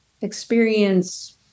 experience